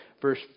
Verse